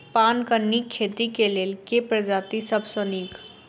पानक नीक खेती केँ लेल केँ प्रजाति सब सऽ नीक?